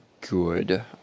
good